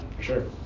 sure